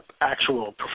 actual